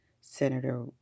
Senator